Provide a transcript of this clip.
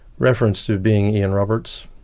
reference to being ian roberts.